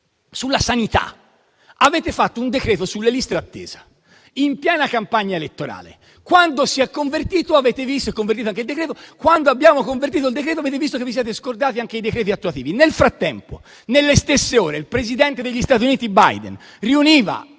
Sulla sanità, avete fatto un decreto sulle liste d'attesa, in piena campagna elettorale. Quando abbiamo convertito il decreto, avete visto che vi siete scordati anche i decreti attuativi. Nel frattempo, nelle stesse ore, il presidente degli Stati Uniti Biden riuniva